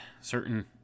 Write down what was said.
certain